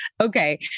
Okay